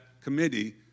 committee